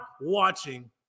watching